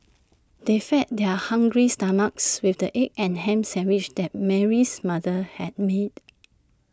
they fed their hungry stomachs with the egg and Ham Sandwiches that Mary's mother had made